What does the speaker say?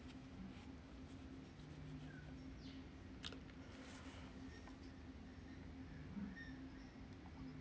and